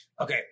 Okay